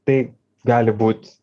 tai gali būt